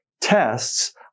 Tests